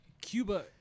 Cuba